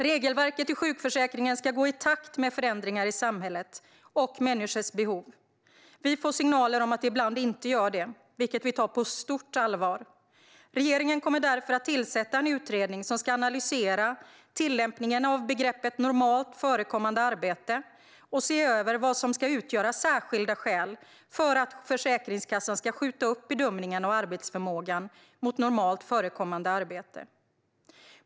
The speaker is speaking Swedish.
Regelverket i sjukförsäkringen ska gå i takt med förändringar i samhället och människors behov. Vi får signaler om att det ibland inte gör det, vilket vi tar på stort allvar. Regeringen kommer därför att tillsätta en utredning som ska analysera tillämpningen av begreppet normalt förekommande arbete och se över vad som ska utgöra särskilda skäl för att Försäkringskassan ska skjuta upp bedömningen av arbetsförmågan mot normalt förekommande arbete.